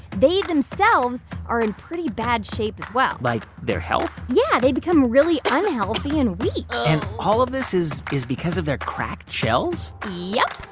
they themselves are in pretty bad shape as well like, their health? yeah. they become really unhealthy and weak and all of this is is because of their cracked shells? yeah,